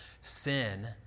Sin